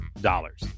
dollars